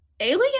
Alien